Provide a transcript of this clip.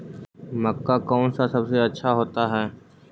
मक्का कौन सा सबसे अच्छा होता है?